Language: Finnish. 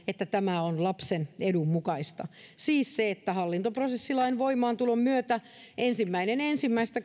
että tämä on lapsen edun mukaista siis se että hallintoprosessilain voimaantulon ensimmäinen ensimmäistä